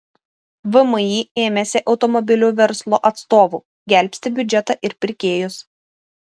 vmi ėmėsi automobilių verslo atstovų gelbsti biudžetą ir pirkėjus